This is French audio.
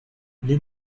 les